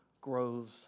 grows